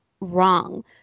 wrong